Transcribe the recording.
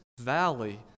valley